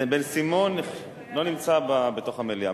בן-סימון לא נמצא בתוך המליאה.